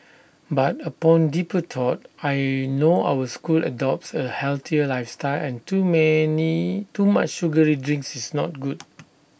but upon deeper thought I know our school adopts A healthier lifestyle and too many too much sugary drinks is not good